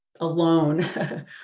alone